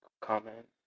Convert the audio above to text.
comment